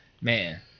Man